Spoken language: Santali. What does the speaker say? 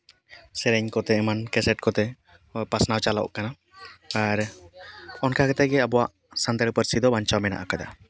ᱥᱮᱨᱮᱧ ᱠᱚᱛᱮ ᱮᱢᱟᱱ ᱠᱮᱥᱮᱴ ᱠᱚᱛᱮ ᱯᱟᱥᱱᱟᱣ ᱪᱟᱞᱟᱣ ᱠᱟᱱᱟ ᱟᱨ ᱚᱱᱠᱟ ᱠᱟᱛᱮ ᱜᱮ ᱟᱵᱚᱣᱟᱜ ᱥᱟᱱᱛᱟᱲᱤ ᱯᱟᱹᱨᱥᱤ ᱫᱚ ᱵᱟᱧᱪᱟᱣ ᱢᱮᱱᱟᱜ ᱠᱟᱫᱟ